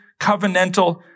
covenantal